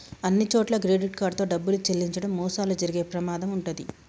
అన్నిచోట్లా credit card తో డబ్బులు చెల్లించడం మోసాలు జరిగే ప్రమాదం వుంటది